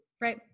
Right